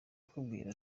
akakubwira